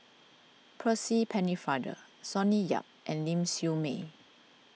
Percy Pennefather Sonny Yap and Ling Siew May